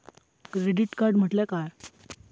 Credit card म्हटल्या काय?